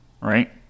Right